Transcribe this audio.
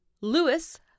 Lewis